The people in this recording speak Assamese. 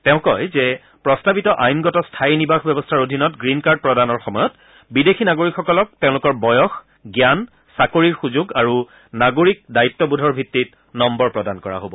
তেওঁ কয় যে প্ৰস্তাৱিত আইনগত স্থায়ী নিবাস ব্যৱস্থাৰ অধীনত গ্ৰীণ কাৰ্ড প্ৰদানৰ সময়ত বিদেশী নাগৰিকসকলক তেওঁলোকৰ বয়স জ্ঞান চাকৰিৰ সুযোগ আৰু নাগৰিক দায়িত্বোধৰ ভিত্তিত নম্বৰ প্ৰদান কৰা হব